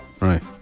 Right